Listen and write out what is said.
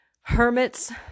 hermits